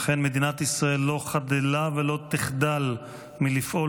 לכן מדינת ישראל לא חדלה ולא תחדל מלפעול